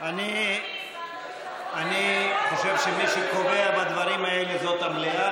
אני חושב שמי שקובע בדברים האלה זאת המליאה,